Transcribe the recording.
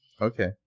Okay